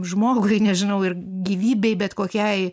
žmogui nežinau ir gyvybei bet kokiai